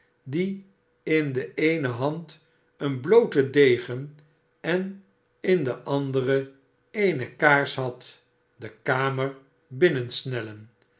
die in de eene hand een blooten degen en in de andere eene kaars had de kamer binnensnellen